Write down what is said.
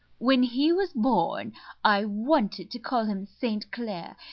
when he was born i wanted to call him st. clair.